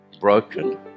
broken